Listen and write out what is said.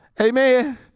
Amen